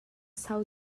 sau